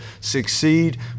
succeed